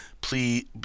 please